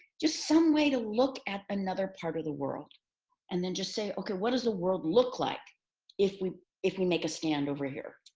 just some way to look at another part of the world and then just say, okay, what does the world look like if we if we make a stand over here?